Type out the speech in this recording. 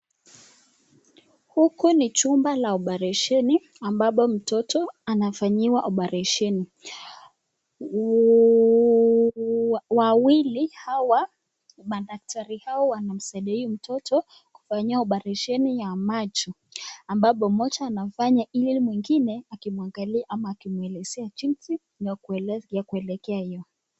Huku ni chumba la oparesheni ambapo mtoto anafanyiwa oparesheni. Wawili hawa, madaktari hawa wanamsaidia huyu mtoto kufanyiwa oparesheni ya macho, ambapo mmoja anafanya hili mwingine akimwangalia ama akimuelezea jinsi ya kuelekea hiyo.